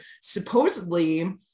supposedly